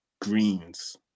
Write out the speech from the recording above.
greens